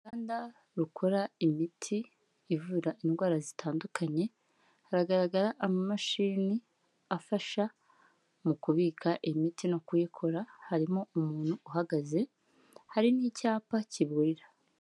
Uruganda rukora imiti ivura indwara zitandukanye, haragaragara amamashini afasha mu kubika imiti no kuyikora, harimo umuntu uhagaze, hari n'icyapa kiburira.